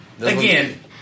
again